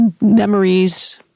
memories